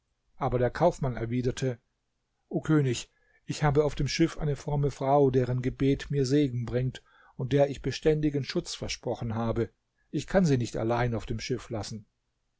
aber der kaufmann erwiderte o könig ich habe auf dem schiff eine fromme frau deren gebet mir segen bringt und der ich beständigen schutz versprochen habe ich kann sie nicht allein auf dem schiff lassen